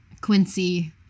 Quincy